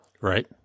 right